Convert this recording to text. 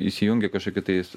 įsijungi kažkokį tais